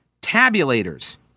tabulators